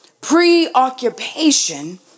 preoccupation